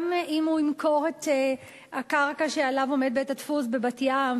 גם אם הוא ימכור את הקרקע שעליה עומד בית-הדפוס בבת-ים,